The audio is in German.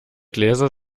gläser